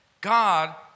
God